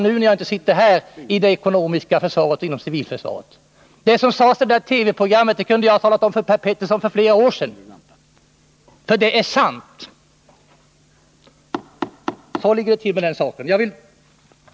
När jag inte sitter i riksdagen arbetar jag inom civilförsvaret med det ekonomiska försvaret. Det som sades i det där TV-programmet kunde jag ha talat om för Per Petersson för flera år sedan — det är sant, och så ligger det till med den saken.